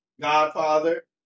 Godfather